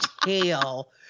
tail